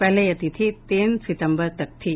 पहले यह तिथि तीन सितम्बर तक थी